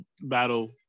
battle